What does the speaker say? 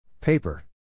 Paper